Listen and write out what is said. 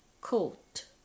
Coat